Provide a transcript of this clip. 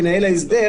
מנהל ההסדר,